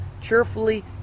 cheerfully